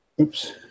Oops